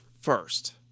first